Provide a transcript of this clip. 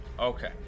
Okay